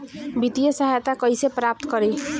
वित्तीय सहायता कइसे प्राप्त करी?